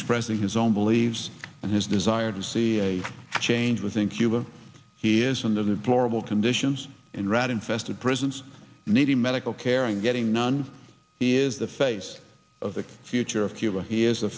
expressing his own believes and his desire to see a change within cuba he is on the deplorable conditions in rat infested prisons needing medical care and getting none here as the face of the future of cuba he is the